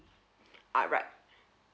ah right